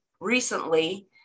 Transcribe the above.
recently